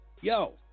Yo